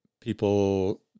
people